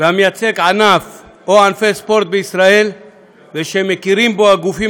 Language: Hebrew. ומייצג ענף או ענפי ספורט בישראל ומכירים בו הגופים